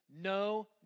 no